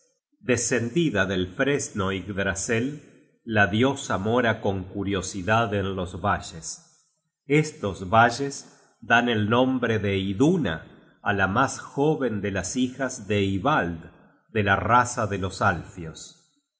descendida del fresno yggdrasel la diosa mora con curiosidad en los valles estos valles dan el nombre de iduna á la mas joven de las hijas de ivald de la raza de los